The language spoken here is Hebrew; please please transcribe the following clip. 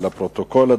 לפרוטוקול.